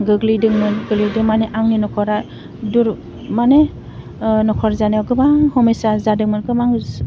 गोग्लैदोंमोन गोलैदों मानि आंनि नखरा दुरु माने नखर जानायाव गोबां हमयसा जादोंमोन गोबां